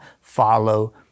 follow